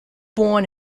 born